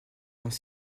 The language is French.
dans